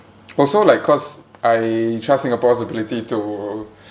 also like cause I trust singapore's ability to